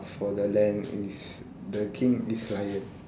for the land is the king is lion